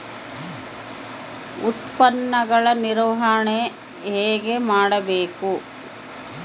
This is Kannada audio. ಉತ್ಪನ್ನಗಳ ನಿರ್ವಹಣೆ ಹೇಗೆ ಮಾಡಬೇಕು?